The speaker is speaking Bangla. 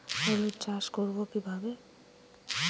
হলুদ চাষ করব কিভাবে?